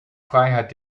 freiheit